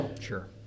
Sure